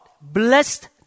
blessed